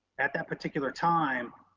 at that particular time,